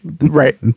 Right